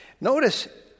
Notice